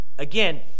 Again